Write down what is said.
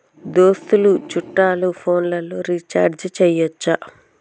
దోస్తులు చుట్టాలు ఫోన్లలో రీఛార్జి చేయచ్చా?